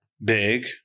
Big